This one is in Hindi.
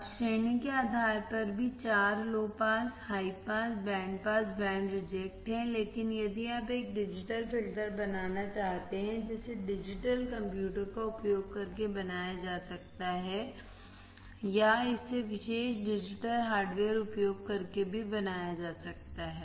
अब श्रेणी के आधार पर भी चार low pass high pass band pass band reject हैं लेकिन यदि आप एक डिजिटल फिल्टर बनाना चाहते हैं जिसे डिजिटल कंप्यूटर का उपयोग करके बनाया जा सकता है या इसे विशेष डिजिटल हार्डवेयर उपयोग करके भी बनाया जा सकता है